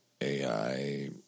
AI